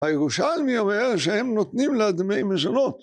הירושלמי אומר שהם נותנים לה דמי מזונות.